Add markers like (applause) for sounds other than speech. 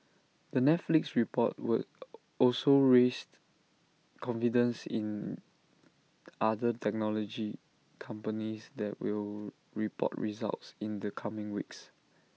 the Netflix report will (noise) also raised confidence in other technology companies that will report results in the coming weeks